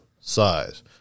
size